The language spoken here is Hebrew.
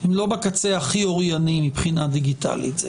הם לא בקצה הכי אורייני מבחינה דיגיטלית.